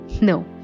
No